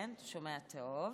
כן, אתה שומע טוב,